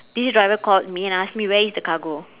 this driver called me and asked me where is the cargo